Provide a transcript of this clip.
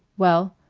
well?